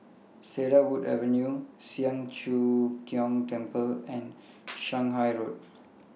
Cedarwood Avenue Siang Cho Keong Temple and Shanghai Road